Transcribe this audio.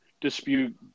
dispute